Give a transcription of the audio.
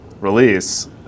release